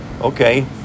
okay